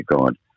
God